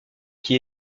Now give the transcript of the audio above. qui